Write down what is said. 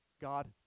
God